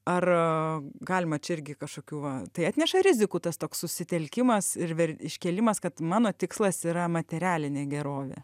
ar galima čia irgi kažkokių va tai atneša rizikų tas toks susitelkimas ir iškėlimas kad mano tikslas yra materialinė gerovė